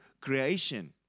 creation